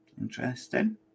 Interesting